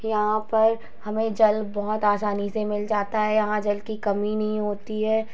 यहाँ पर हमें जल बहुत आसानी से मिल जाता है यहाँ जल की कमी नहीं होती है